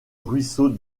ruisseau